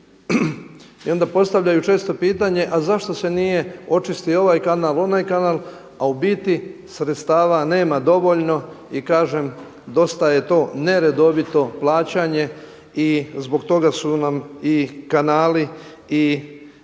I onda postavljaju često pitanje, a zašto se nije očistio ovaj kanal, onaj kanal, a u biti sredstava nema dovoljno i kažem dosta je to neredovito plaćanje i zbog toga su nam i kanali i